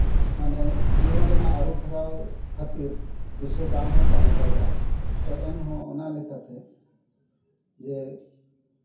ᱢᱟᱱᱮ ᱡᱤᱭᱚᱱ ᱨᱮᱱᱟᱜ ᱟᱹᱨᱩ ᱯᱷᱮᱨᱟᱣ ᱠᱷᱟᱹᱛᱤᱨ ᱫᱤᱥᱟᱹ ᱵᱟᱝ ᱦᱚᱸ ᱛᱟᱦᱮᱸ ᱫᱟᱲᱮᱭᱟᱜᱼᱟ ᱛᱳ ᱮᱱᱦᱚᱸ ᱚᱱᱟ ᱞᱮᱠᱟᱛᱮ ᱡᱮ